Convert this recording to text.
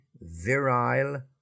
virile